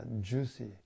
juicy